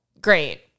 Great